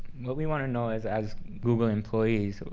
what we want to know as as google employees,